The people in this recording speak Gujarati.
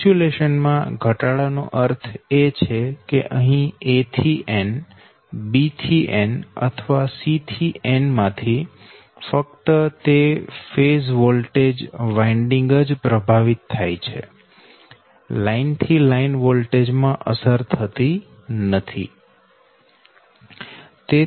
ઇન્સ્યુલેશન માં ધટાડા નો અર્થ એ છે કે અહી A થી n B થી n અથવા C થી n માં થી ફક્ત તે ફેઝ વોલ્ટેજ વાઇન્ડિંગ જ પ્રભાવિત થાય છે લાઈન થી લાઈન વોલ્ટેજ માં અસર થતી નથી